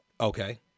Okay